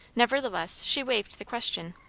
nevertheless she waived the question.